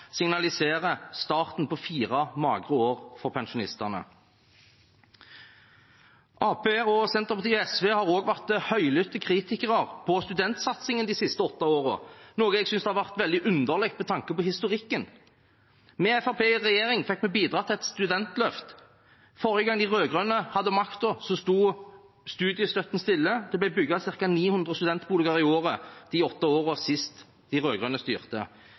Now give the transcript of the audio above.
starten på fire magre år for pensjonistene. Arbeiderpartiet, Senterpartiet og SV har også vært høylytte kritikere av studentsatsingen de siste åtte årene, noe jeg synes har vært veldig underlig med tanke på historikken. Med Fremskrittspartiet i regjering fikk vi bidratt til et studentløft. Forrige gang de rød-grønne hadde makten, sto studiestøtten stille. Det ble bygget ca. 900 studentboliger i året de åtte årene de rød-grønne styrte sist.